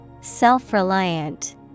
Self-reliant